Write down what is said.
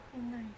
Nice